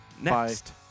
next